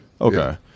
Okay